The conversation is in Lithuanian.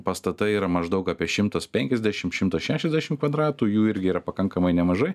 pastatai yra maždaug apie šimtas penkiasdešim šimto šešiasdešim kvadratų jų irgi yra pakankamai nemažai